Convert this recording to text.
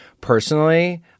personally